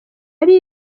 ari